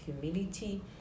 humility